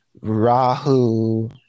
Rahu